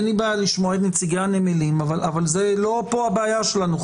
אין לי בעיה לשמוע את נציגי הנמלים אבל זאת לא הבעיה שלנו.